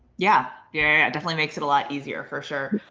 yeah yeah. definitely makes it a lot easier for sure.